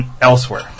elsewhere